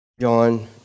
John